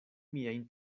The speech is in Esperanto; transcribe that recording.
miajn